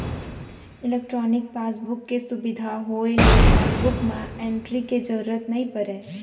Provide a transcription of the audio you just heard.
electronic passbook के सुबिधा होए ले पासबुक म एंटरी के जरूरत नइ परय